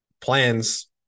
plans